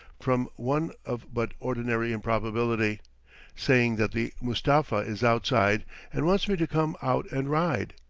from one of but ordinary improbability, saying that the mustapha is outside and wants me to come out and ride,